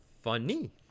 funny